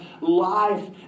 life